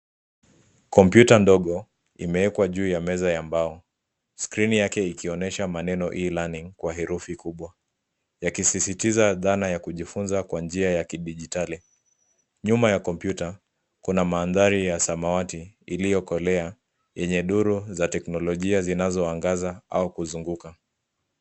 Kompyuta mdogo imewekwa juu ya meza ya mbao, skrini yake ikionyesha maneno cs[e-learning]cs kwa herufi kubwa, yakisisitiza dhana ya kujifunza kwa njia ya kidijitali. Nyuma ya kompyuta kuna mandagri ya samawati iliyokolea yenye duru za teknolojia zinazoangaza au kuzunguka.